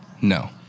No